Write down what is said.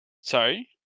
Sorry